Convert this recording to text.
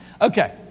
Okay